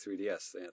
3DS